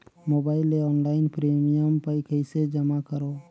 Mobile ले online premium कइसे जमा करों?